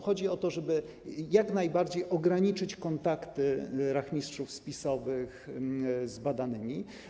Chodzi o to, żeby jak najbardziej ograniczyć kontakty rachmistrzów spisowych z badanymi.